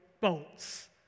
bolts